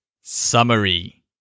Summary